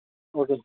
okay